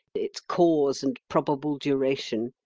its cause and probable duration.